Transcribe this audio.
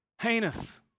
heinous